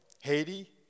Haiti